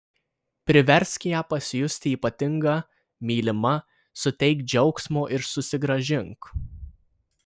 priversk ją pasijusti ypatinga mylima suteik džiaugsmo ir susigrąžink